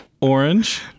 orange